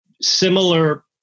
similar